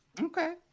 Okay